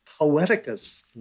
poeticus